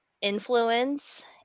influence